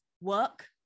work